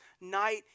night